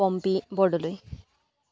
Pompi Bordoloi